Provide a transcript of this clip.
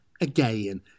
again